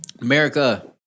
America